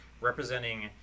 representing